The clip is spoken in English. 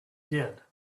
did